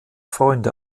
freunde